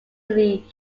league